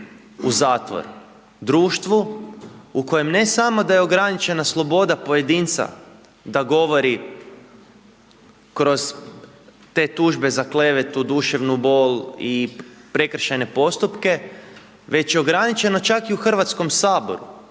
u zatvor, društvu u kojem ne samo da je ograničena sloboda pojedinca da govori kroz te tužbe za klevetu, duševnu bol i prekršajne postupke već je ograničeno čak i u Hrvatskom saboru.